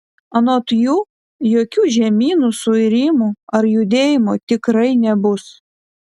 anot jų jokių žemynų suirimų ar judėjimų tikrai nebus